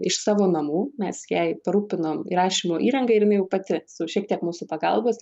iš savo namų mes jai parūpinom įrašymo įrangą ir jinai jau pati su šiek tiek mūsų pagalbos